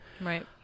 Right